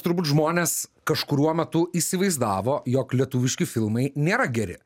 turbūt žmonės kažkuriuo metu įsivaizdavo jog lietuviški filmai nėra geri